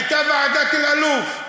הייתה ועדת אלאלוף,